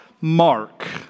Mark